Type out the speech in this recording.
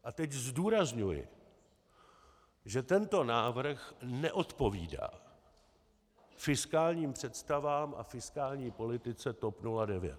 A teď zdůrazňuji, že tento návrh neodpovídá fiskálním představám a fiskální politice TOP 09.